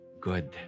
good